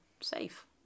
safe